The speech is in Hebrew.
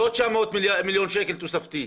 ולא 900 מיליון שקל תוספתי.